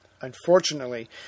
Unfortunately